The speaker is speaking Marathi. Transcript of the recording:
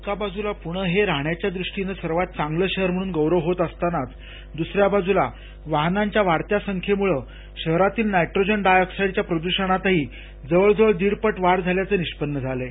एका बाजूला पुणे हे राहण्याच्या दृष्टीनं सर्वात चांगलं शहर म्हणून गौरव होत असतानाच दुसऱ्या बाजूला वाहनांच्या वाढत्या संख्येमुळं शहरातील नायट्रोजन डायऑक्साईडच्या प्रदूषणातही जवळजवळ दीडपट वाढ झाल्याचं निष्पन्न झालं आहे